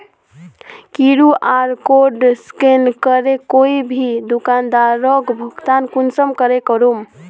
QR code scan करे कोई भी दुकानदारोक भुगतान कुंसम करे करूम?